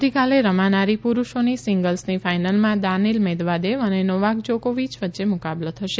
આવતીકાલે રમાનારી પુરૂષોની સીંગલ્સની ફાઇનલમાં દાનીલ મેદવાદેવ અને નોવાક જોકોવીય વચ્ચે મુકાબલો થશે